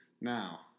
Now